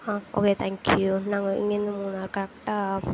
okay thank you நாங்கள் இங்கேயிருந்து மூணார் கரெக்டாக